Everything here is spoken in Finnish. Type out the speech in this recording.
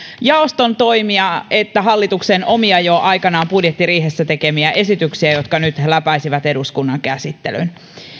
jaoston toimia että hallituksen omia jo aikanaan budjettiriihessä tekemiä esityksiä jotka nyt läpäisivät eduskunnan käsittelyn